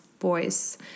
voice